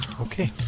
Okay